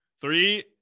Three